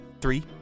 three